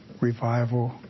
revival